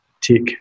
tick